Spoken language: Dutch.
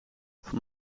voor